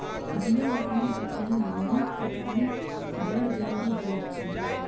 बीया रोपनी सॅ पहिने नीक पटौनी बड़ जरूरी होइत अछि